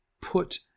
put